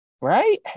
Right